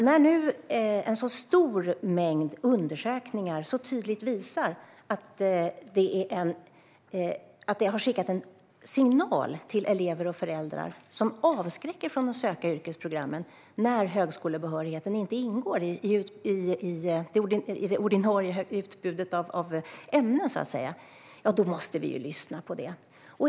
När nu en så stor mängd undersökningar så tydligt visar att det har skickat en signal till elever och föräldrar som avskräcker från att söka yrkesprogrammen när högskolebehörigheten inte ingår i det ordinarie utbudet av ämnen måste vi lyssna på det.